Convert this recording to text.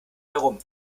herum